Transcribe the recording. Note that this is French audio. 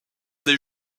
des